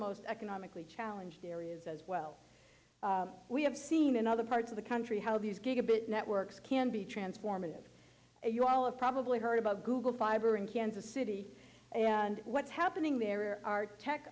most economically challenged areas as well we have seen in other parts of the country how these gigabit networks can be transformative you all of probably heard about google fiber in kansas city and what's happening there are tech